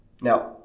Now